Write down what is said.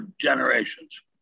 generations